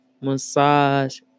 Massage